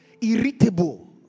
irritable